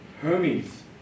Hermes